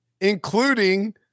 including